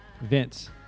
Vince